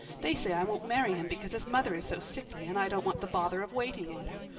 they say i won't marry him because his mother is so sickly and i don't want the bother of waiting on her.